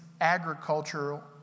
agricultural